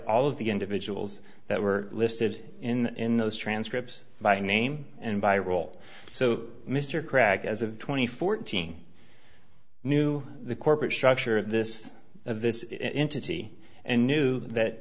all of the individuals that were listed in those transcripts by name and by role so mr cragg as of twenty fourteen knew the corporate structure of this of this entity and knew that